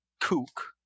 kook